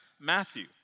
Matthew